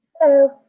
Hello